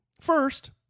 First